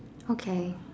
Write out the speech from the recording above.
okay